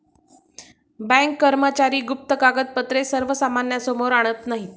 bank कर्मचारी गुप्त कागदपत्रे सर्वसामान्यांसमोर आणत नाहीत